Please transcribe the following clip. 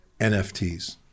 NFTs